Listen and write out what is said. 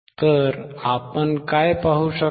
तर आपण काय पाहू शकता